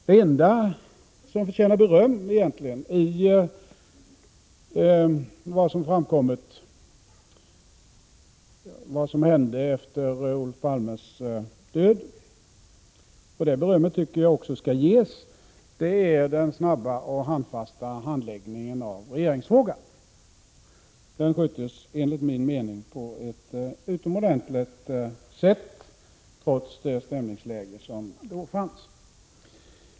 Det enda som egentligen förtjänar beröm av vad som framkommit av det som hände efter Olof Palmes död — och det berömmet tycker jag också skall ges — är den snabba och handfasta handläggningen av regeringsfrågan. Den sköttes enligt min mening på ett utomordentligt sätt trots det stämningsläge som då förelåg.